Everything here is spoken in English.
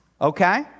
Okay